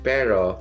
Pero